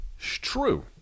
True